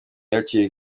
hakiri